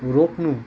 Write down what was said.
रोक्नु